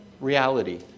reality